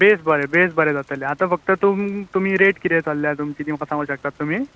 बरें बेस जातलें आतां फक्त तुम तुमी रेट कितें धरल्या तुमची तें सागूंक शकतात तुमी